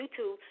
YouTube